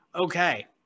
Okay